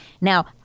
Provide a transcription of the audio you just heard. Now